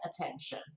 attention